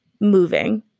moving